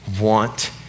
want